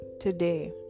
today